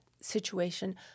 situation